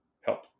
help